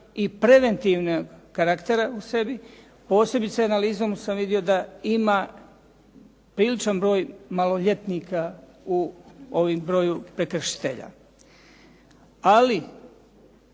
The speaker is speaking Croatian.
i preventivne karaktere u sebi, posebice analizom sam vidio da ima priličan broj maloljetnika u ovom broju prekršitelja. Ali